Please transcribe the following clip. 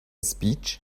speech